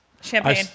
Champagne